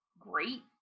Great